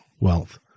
wealth